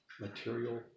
material